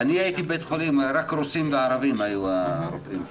אני הייתי בבית חולים רק רוסים וערבים היו הרופאים שלי.